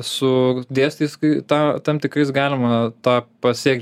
su dėstystojais kai tą tam tikrais galima tą pasiekt